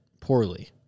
poorly